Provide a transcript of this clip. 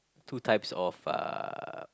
two types of uh